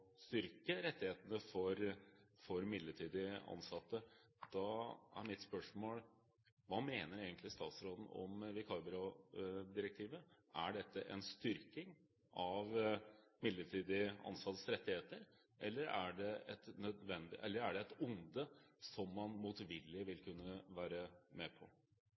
styrke rettighetene til midlertidig ansatte, er mitt spørsmål: Hva mener egentlig statsråden om vikarbyrådirektivet? Er dette en styrking av midlertidig ansattes rettigheter, eller er det et onde som man motvillig vil kunne være med på?